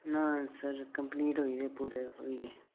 ना sir complete होए गेदे पूरे होए गेदे